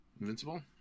Invincible